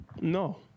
No